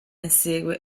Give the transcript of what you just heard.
insegue